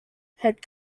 head